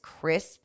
crisp